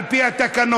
על פי התקנון?